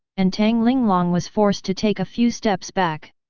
and tang linglong was forced to take a few steps back.